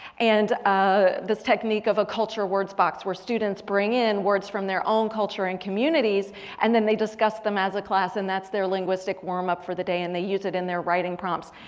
and ah this technique of a culture words box where students bring in words from their own culture and communities and then they discuss them as a class. and that's their linguistic warm up for the day and they use it in their writing prompts.